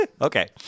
Okay